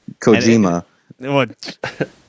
Kojima